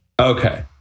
Okay